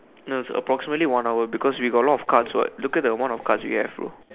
no it's approximately one hour what because we have a lot of cards what look at the amount of cards we have bro